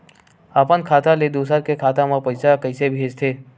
अपन खाता ले दुसर के खाता मा पईसा कइसे भेजथे?